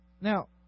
Now